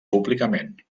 públicament